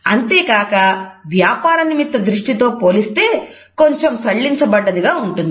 అంతేకాక వ్యాపారనిమిత్తదృష్టితో పోలిస్తే కొంచెం సళ్ళించబడ్డదిగా ఉంటుంది